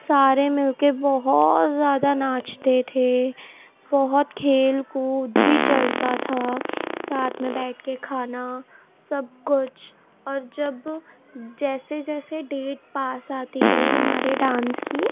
سارے مل کے بہت زیادہ ناچتے تھے بہت کھیل کود بھی چلتا تھا ساتھ میں بیٹھ کے کھانا سب کچھ اور جب جیسے جیسے ڈیٹ پاس آتی گئی ہمارے ڈانس کی